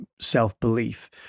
self-belief